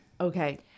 Okay